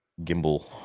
gimbal